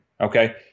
Okay